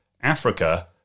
Africa